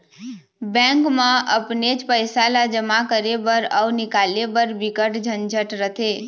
bank म अपनेच पइसा ल जमा करे बर अउ निकाले बर बिकट झंझट रथे